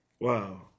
Wow